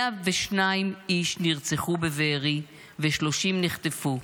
102 איש נרצחו בבארי, ו-30 נחטפו.